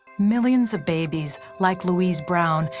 millions of babies, like louise brown,